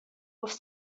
گفت